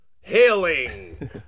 hailing